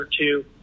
two